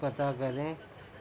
پتہ کریں